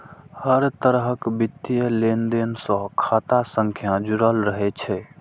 हर तरहक वित्तीय लेनदेन सं खाता संख्या जुड़ल रहै छै